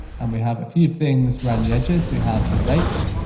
and we have a few things around the edges, we have the rates,